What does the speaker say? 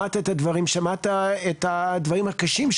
שמעת את הדברים, שמעת את הדברים הקשים.